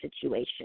situation